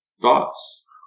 Thoughts